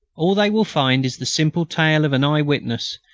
all they will find is the simple tale of an eyewitness,